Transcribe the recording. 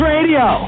Radio